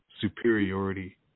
superiority